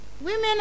Women